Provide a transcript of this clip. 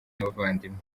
n’abavandimwe